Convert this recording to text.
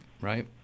right